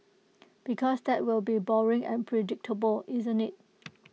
because that will be boring and predictable isn't IT